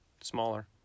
smaller